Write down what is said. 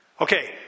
Okay